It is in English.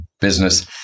business